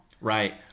Right